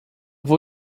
vou